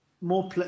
more